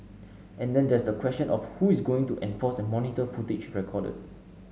and then there's the question of who is going to enforce and monitor footage recorded